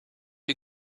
you